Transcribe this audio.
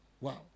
Wow